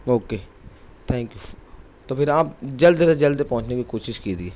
okay thank you تو پھر آپ جلد سے جلد پہنچنے کی کوشش کیجیے